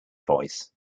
voice